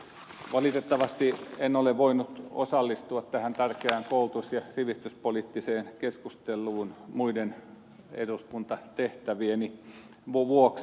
valitettavasti en ole voinut osallistua tähän tärkeään koulutus ja sivistyspoliittiseen keskusteluun muiden eduskuntatehtävieni vuoksi